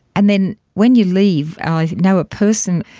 and then when you leave, i know a person,